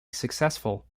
successful